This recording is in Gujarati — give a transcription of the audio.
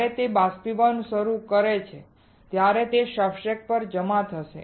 જ્યારે તે બાષ્પીભવન શરૂ કરે છે ત્યારે તે સબસ્ટ્રેટ્સ પર જમા થશે